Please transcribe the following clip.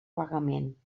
vagament